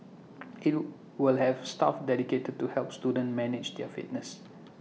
it'll will have staff dedicated to help students manage their fitness